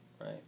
right